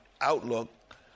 outlook